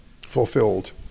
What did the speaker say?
Fulfilled